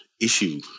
issue